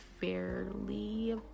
fairly